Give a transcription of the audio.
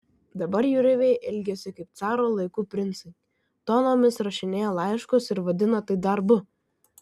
dabar jūreiviai elgiasi kaip caro laikų princai tonomis rašinėja laiškus ir vadina tai darbu